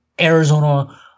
Arizona